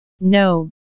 no